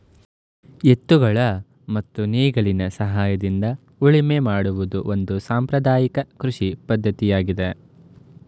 ಎತ್ತುಗಳ ಮತ್ತು ನೇಗಿಲಿನ ಸಹಾಯದಿಂದ ಉಳುಮೆ ಮಾಡುವುದು ಒಂದು ಸಾಂಪ್ರದಾಯಕ ಕೃಷಿ ಪದ್ಧತಿಯಾಗಿದೆ